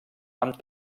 amb